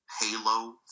Halo